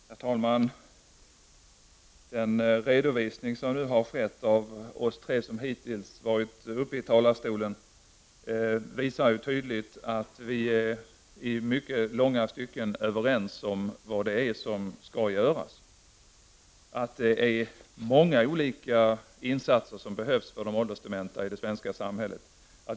Herr talman! Den redovisning som nu har gjorts av oss tre som hittills har varit uppe i talarstolen visar tydligt att vi i många avseenden är överens om vad som skall göras. Det behövs många olika insatser för de åldersdementa i det svenska samhället.